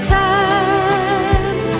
time